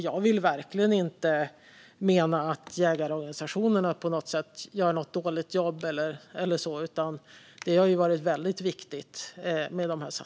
Jag vill verkligen inte mena att jägarorganisationerna på något sätt gör ett dåligt jobb, utan satsningarna har varit viktiga.